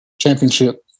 championship